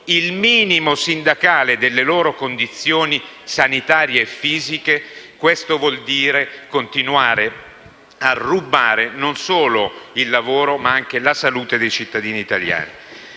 il minimo sindacale delle loro condizioni sanitarie e fisiche, ciò vuol dire continuare a rubare, non solo il lavoro, ma anche la salute dei cittadini italiani.